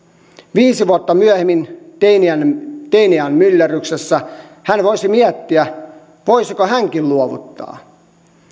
viisi vuotta myöhemmin teini iän myllerryksessä hän voisi miettiä voisiko hänkin luovuttaa